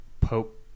Pope